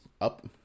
up